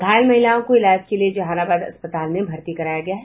घायल महिलाओं को इलाज के लिए जहानाबाद अस्पताल में भर्ती कराया गया है